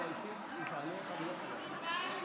ואני לא אוכל להעיר לה.